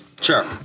sure